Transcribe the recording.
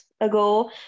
Ago